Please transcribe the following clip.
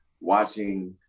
watching